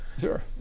Sure